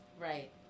Right